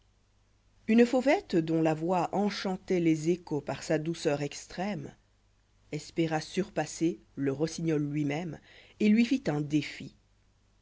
he fauvette dont là voix enchàntoit les échos par sa douceur extrême espéra surpasser le rossignol lui-même et lui fit un défi